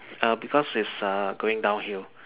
uh because it's err going downhill